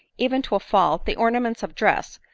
even to a fault, the ornaments of dress,